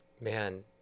man